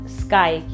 sky